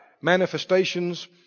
manifestations